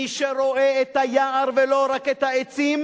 מי שרואה את היער, ולא רק את העצים,